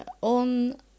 on